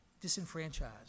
disenfranchised